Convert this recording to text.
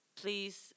please